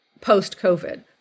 post-COVID